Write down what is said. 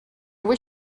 wish